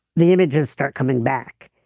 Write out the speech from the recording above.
the images start coming back.